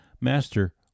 Master